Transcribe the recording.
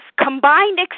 Combined